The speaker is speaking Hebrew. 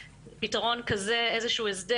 אופן חושבת ששווה לבחון באמת פתרון כזה או איזה שהוא הסדר.